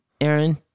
Aaron